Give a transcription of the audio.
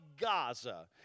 Gaza